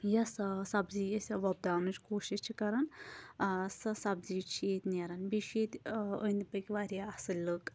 یَس سبزی أسۍ وۄپداونٕچ کوٗشِش چھِ کَرَان سۄ سبزی چھِ ییٚتہِ نیران بیٚیہِ چھِ ییٚتہِ أنٛدۍ پٔکۍ واریاہ اَصٕلۍ لٕکھ